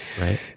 Right